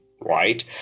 right